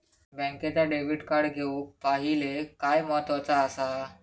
बँकेचा debit card घेउक पाहिले काय महत्वाचा असा?